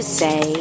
say